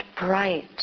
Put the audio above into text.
bright